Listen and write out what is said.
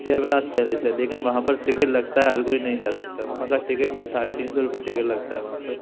जय विलास पेलेस है लेकिन वहाँ पर टिकट लगता है हर कोई नहीं जा सकता वहाँ का टिकट है साढ़े तीन सौ रुपये टिकट लगता है वहाँ पर